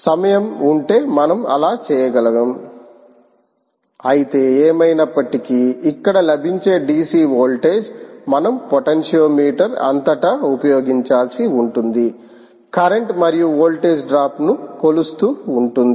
సమయం ఉంటే మనం అలా చేయగలం అయితే ఏమైనప్పటికీ ఇక్కడ లభించే డీసీ వోల్టేజ్ మనం పొటెన్షియోమీటర్ అంతటా ఉపయోగించాల్సి ఉంటుంది కరెంట్ మరియు వోల్టేజ్ డ్రాప్ను కొలుస్తూ ఉంటుంది